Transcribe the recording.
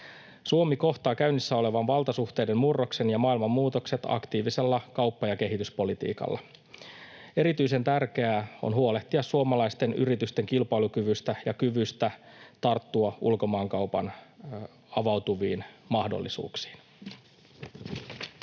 Suomi kohtaa käynnissä olevan valtasuhteiden murroksen ja maailman muutokset aktiivisella kauppa- ja kehityspolitiikalla. Erityisen tärkeää on huolehtia suomalaisten yritysten kilpailukyvystä ja kyvystä tarttua ulkomaankaupan avautuviin mahdollisuuksiin.